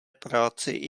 práci